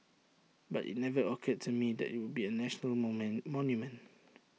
but IT never occurred to me that IT would be A national moment monument